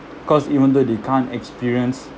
cause even though they can't experience